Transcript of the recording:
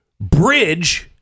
Bridge